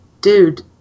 dude